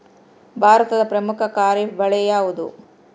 ಭಾರತದ ಪ್ರಮುಖ ಖಾರೇಫ್ ಬೆಳೆ ಯಾವುದು?